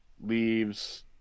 leaves